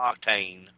Octane